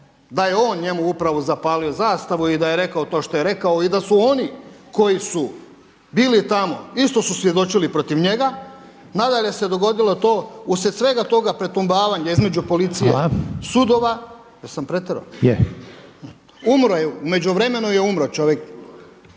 da je on njemu upravo zapalio zastavu i da je rekao to što je rekao i da su oni koji su bili tamo isto su svjedočili protiv njega. Nadalje se dogodilo to, uslijed svega toga pretumbavanja između policije, sudova … …/Upadica Reiner: Hvala./… Jesam pretjero?